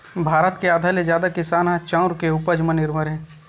भारत के आधा ले जादा किसान ह चाँउर के उपज म निरभर हे